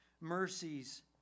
mercies